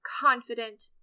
confident